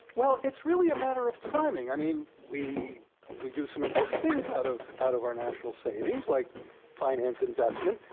well, it's really a matter of timing. i mean, we we do some important things out of out of our national savings, like finance investment.